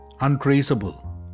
untraceable